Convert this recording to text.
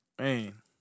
man